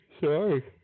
sorry